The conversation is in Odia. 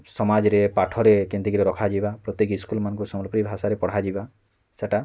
ସମାଜରେ ପାଠରେ କେନ୍ତି କିରି ରଖା ଯିବା ପ୍ରତ୍ୟେକ୍ ସ୍କୁଲ୍ମାନଙ୍କୁ ସମ୍ବଲପୁରୀ ଭାଷାରେ ପଢ଼ା ଯିବା ସେଟା